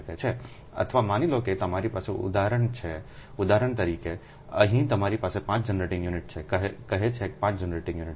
અથવા માની લો કે તમારી પાસે ઉદાહરણ છે ઉદાહરણ તરીકે અહીં તમારી પાસે 5 જનરેટિંગ યુનિટ છે કહે છે 5 જનરેટિંગ યુનિટ છે